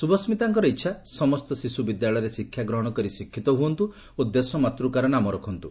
ଶୁଭସ୍କିତାଙ୍କର ଇଛା ସମସ୍ତ ଶିଶୁ ବିଦ୍ୟାଳୟରେ ଶିକ୍ଷା ଗ୍ରହଶ କରି ଶିକ୍ଷିତ ହୁଅନ୍ତୁ ଓ ଦେଶ ମାତୂକାର ନାମ ରଖନ୍ତୁ